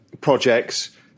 projects